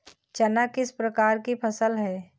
चना किस प्रकार की फसल है?